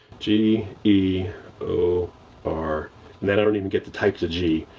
g e o r and then i don't even get the type the g.